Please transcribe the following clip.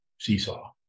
Seesaw